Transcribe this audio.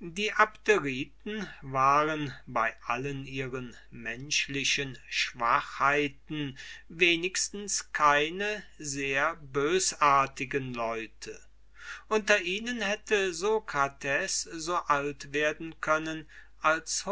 die abderiten waren bei allen ihren menschlichen schwachheiten wenigstens keine sehr bösartigen leute unter ihnen hätte sokrates so alt werden können als